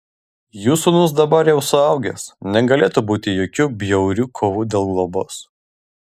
jų sūnus dabar jau suaugęs negalėtų būti jokių bjaurių kovų dėl globos